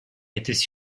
étaient